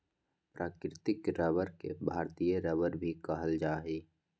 प्राकृतिक रबर के भारतीय रबर भी कहल जा हइ